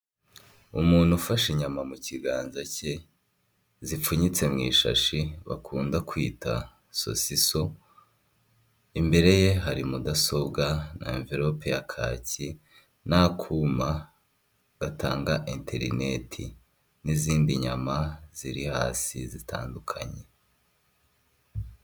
Umuntu ufashe inyama mu kiganza cye, zipfunyitse mu ishashi bakunda kwita sosiso, imbere ye hari mudasobwa n'anvelope ya kaki, n'akuma gatanga interineti n'izindi nyama ziri hasi zitandukanye.